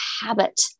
habit